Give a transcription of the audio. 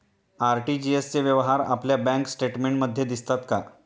RTGS चे व्यवहार आपल्या बँक स्टेटमेंटमध्ये दिसतात का?